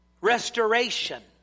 restoration